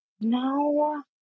No